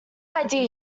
idea